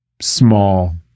small